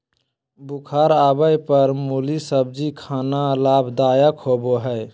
बुखार आवय पर मुली सब्जी खाना लाभदायक होबय हइ